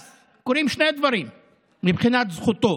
אז קורים שני דברים מבחינת זכותו.